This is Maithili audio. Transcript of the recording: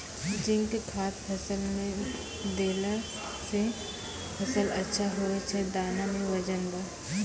जिंक खाद फ़सल मे देला से फ़सल अच्छा होय छै दाना मे वजन ब